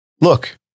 Look